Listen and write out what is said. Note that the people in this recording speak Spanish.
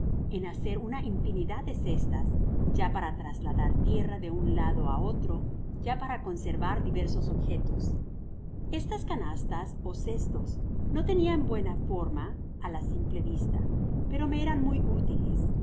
en hacer una infinidad de cestas ya para trasladar tierra de un lado á otro ya para conservar diversos objetos estas canastas ó cestos no tenian buena forma á la simple vista pero me eran muy útiles